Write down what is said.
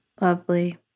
lovely